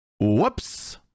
Whoops